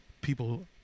People